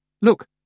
Look